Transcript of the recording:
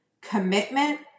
commitment